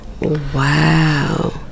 Wow